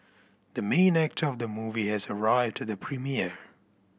the main actor of the movie has arrived at the premiere